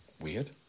Weird